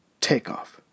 takeoff